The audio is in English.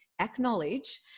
acknowledge